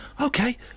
Okay